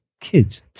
Kids